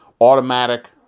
automatic